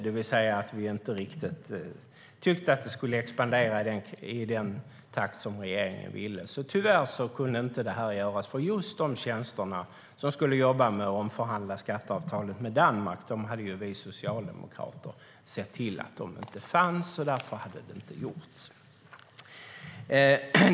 Det var att vi inte riktigt tyckte att det skulle expandera i den takt som regeringen ville. Det kunde tyvärr inte göras, för just de tjänsterna för dem som skulle jobba med att omförhandla skatteavtalet med Danmark hade vi socialdemokrater sett till att de inte fanns. Därför hade det inte gjorts.